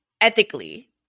ethically